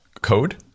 code